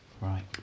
Right